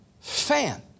fan